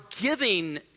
giving